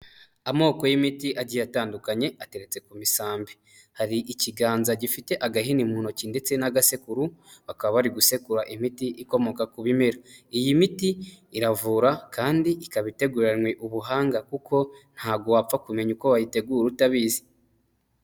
Amoko y'imiti agiye atandukanye, ateretse ku misambi. Hari ikiganza gifite agahini mu ntoki ndetse n'agasekuru, bakaba bari gusekura imiti ikomoka ku bimera. Iyi miti iravura, kandi ikaba iteguranwe ubuhanga, kuko ntago wapfa kumenya uko bayitegura utabizi.